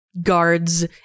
guards